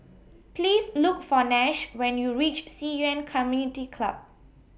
Please Look For Nash when YOU REACH Ci Yuan Community Club